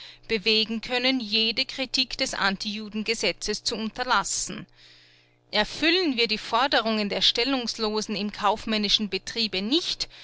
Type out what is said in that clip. bewegen können jede kritik des antijuden gesetzes zu unterlassen erfüllen wir die forderungen der stellungslosen im kaufmännischen betriebe nicht